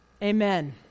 Amen